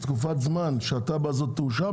תקופת זמן שהתב"ע הזאת תאושר.